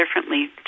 differently